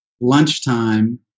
lunchtime